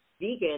vegan